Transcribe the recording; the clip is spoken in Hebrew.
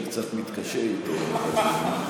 אני קצת מתקשה איתו.